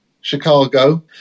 Chicago